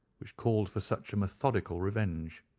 which called for such a methodical revenge.